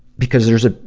because there's a,